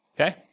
okay